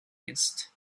east